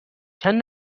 چند